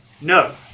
no